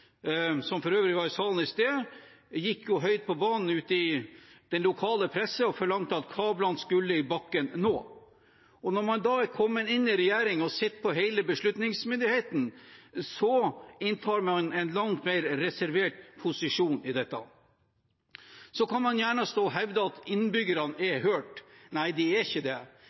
som for øvrig var i salen i sted, gikk ut høyt på banen i den lokale pressen og forlangte at kablene skulle i bakken nå. Og når man da har kommet i regjering og sitter på hele beslutningsmyndigheten, inntar man en langt mer reservert posisjon i dette. Man kan gjerne stå og hevde at innbyggerne er hørt. Nei, de er ikke det,